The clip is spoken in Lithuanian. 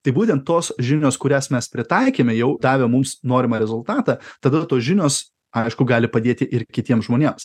tai būtent tos žinios kurias mes pritaikėme jau davė mums norimą rezultatą tada tos žinios aišku gali padėti ir kitiems žmonėms